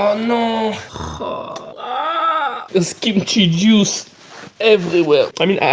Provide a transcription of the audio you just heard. um you know ohhh, ahhhhhh! there's kimchi juice everywhere. i mean,